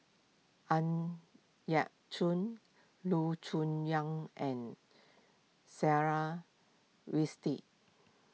Ang Yau Choon Loo Choon Yong and Sarah Winstedt